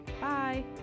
bye